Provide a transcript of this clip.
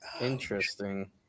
Interesting